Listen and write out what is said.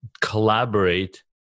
collaborate